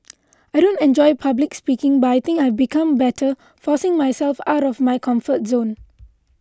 I don't enjoy public speaking but I think I've become better forcing myself out of my comfort zone